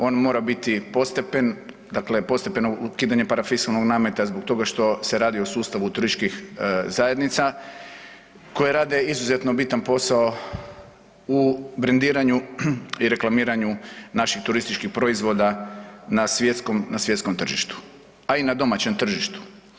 On mora biti postepen, dakle postepeno ukidanje parafiskalnog nameta zbog toga što se radi o sustavu TZ koje rade izuzetno bitan posao u brendiranju i reklamiranju naših turističkih proizvoda na svjetskom tržištu, a i na domaćem tržištu.